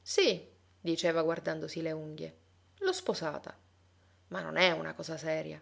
sì diceva guardandosi le unghie l'ho sposata ma non è una cosa seria